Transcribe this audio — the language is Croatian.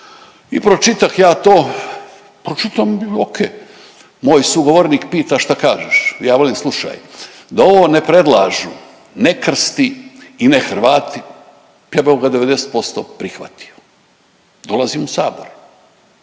I pročitah ja to, pročitam ok, moj sugovornik pita šta kažeš, ja velim slušaj da ovo ne predlažu nekrsti i nehrvati ja bih ovoga 90% prihvatio. Dolazim u sabor.